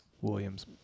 Williams